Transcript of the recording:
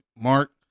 Mark